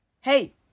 Hey